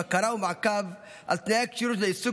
בקרה ומעקב על תנאי הכשירות לעיסוק